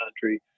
country